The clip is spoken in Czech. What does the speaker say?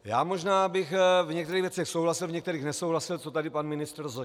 Já možná bych v některých věcech souhlasil, v některých nesouhlasil, co tady pan ministr řekl.